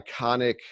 iconic